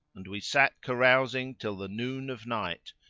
and we sat carousing till the noon of night,